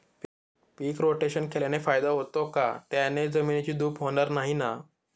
पीक rotation केल्याने फायदा होतो का? त्याने जमिनीची धूप होणार नाही ना?